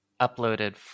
uploaded